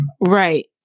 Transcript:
Right